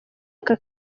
aka